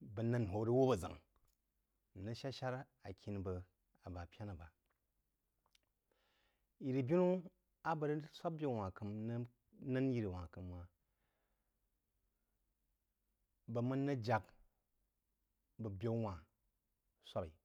bəg n’əngh hō rəg wūb-aʒángh. N rəg sha̍-shár a kíní bəg abá pənə ba. Yiri-binū a bəg rəg swāb byau̍ wha-hn k’əm, n rəg n’ə ngh yiri-wha-n k’əm há-h bəg máng rəg jak bəg byaú whá-n sawb-í.